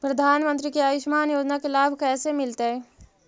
प्रधानमंत्री के आयुषमान योजना के लाभ कैसे मिलतै?